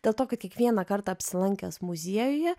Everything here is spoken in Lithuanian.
dėl to kad kiekvieną kartą apsilankęs muziejuje